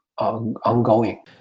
ongoing